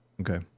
Okay